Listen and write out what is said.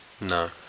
no